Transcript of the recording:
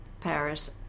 Paris